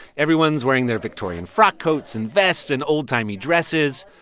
everyone's wearing their victorian frock coats and vests and old-timey dresses.